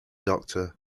doctor